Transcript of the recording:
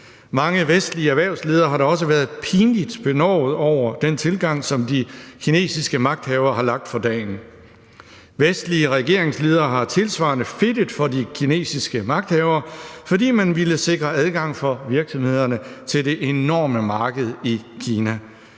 Mange vestlige erhvervsledere har da også været pinligt benovede over den tilgang, som de kinesiske magthavere har lagt for dagen. Vestlige regeringsledere har tilsvarende fedtet for de kinesiske magthavere, fordi man ville sikre adgang for virksomhederne til det enorme marked i Kina.